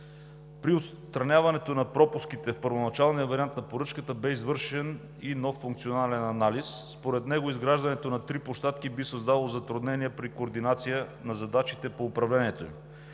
При отстраняването на пропуските в първоначалния вариант на поръчката бе извършен и нов функционален анализ. Според него изграждането на три площадки би създало затруднения при координация на задачите по управлението им.